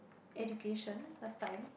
education last time